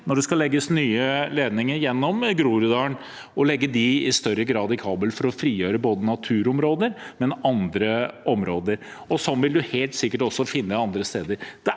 når det skal legges nye ledninger gjennom Groruddalen, til i større grad å legge dem i kabel for å frigjøre både naturområder og andre områder. Sånt vil man helt sikkert også finne andre steder.